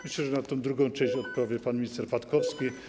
Myślę, że na tę drugą część odpowie pan minister Patkowski.